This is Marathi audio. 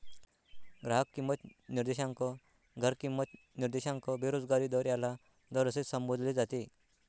ग्राहक किंमत निर्देशांक, घर किंमत निर्देशांक, बेरोजगारी दर याला दर असे संबोधले जाते